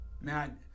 man